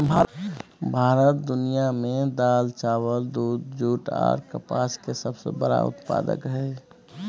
भारत दुनिया में दाल, चावल, दूध, जूट आर कपास के सबसे बड़ा उत्पादक हय